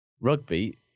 Rugby